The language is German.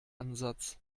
ansatz